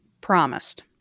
promised